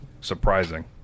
surprising